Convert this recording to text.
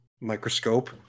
microscope